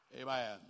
Amen